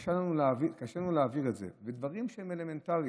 וקשה לנו להעביר את זה, ודברים שהם אלמנטריים.